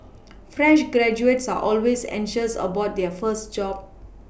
fresh graduates are always anxious about their first job